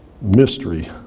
mystery